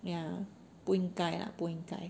ya 不应该 ah 不应该